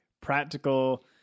practical